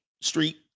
Street